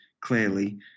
clearly